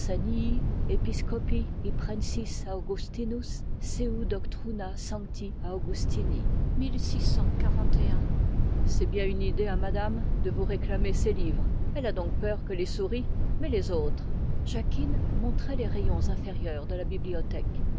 c'est bien une idée à madame de vous réclamer ces livres elle a donc peur que les souris mais les autres jacquine montrait les rayons inférieurs de la bibliothèque